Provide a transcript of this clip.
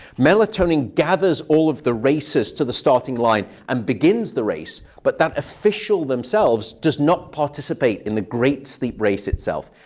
melatonin gathers all of the racers to the starting line and begins the race, but that official themselves does not participate in the great sleep race itself.